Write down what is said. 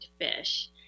fish